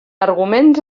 arguments